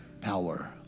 power